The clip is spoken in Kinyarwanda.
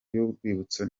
y’urwibutso